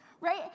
Right